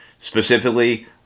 specifically